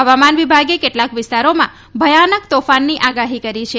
હવામાન વિભાગે કેટલાંક વિસ્તારોમાં ભયાનક તોફાનની આગાહી કરી છે